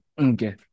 Okay